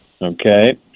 Okay